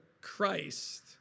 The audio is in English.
Christ